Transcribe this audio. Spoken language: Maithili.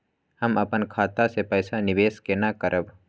हम अपन खाता से पैसा निवेश केना करब?